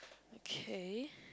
okay